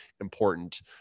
important